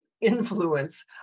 influence